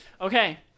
Okay